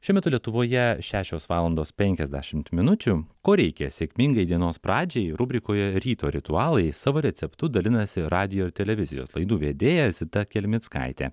šiuo metu lietuvoje šešios valandos penkiasdešimt minučių ko reikia sėkmingai dienos pradžiai rubrikoje ryto ritualai savo receptu dalinasi radijo ir televizijos laidų vedėja zita kelmickaitė